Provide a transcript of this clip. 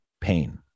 pain